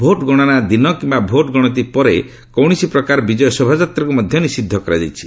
vote ଗଣନା ଦିନ କିମ୍ବା ଭୋଟ୍ଗଣତି ପରେ କୌଣସି ପ୍ରକାର ବିଜୟ ଶୋଭାଯାତ୍ରାକୁ ମଧ୍ୟ ନିଷିଦ୍ଧ କରାଯାଇଛି